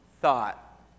thought